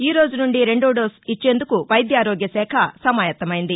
ఈ రోజు నుండి రెండో డోస్ ఇచ్చేందుకు వైద్యారోగ్యశాఖ సమాయత్తమైంది